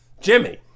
Jimmy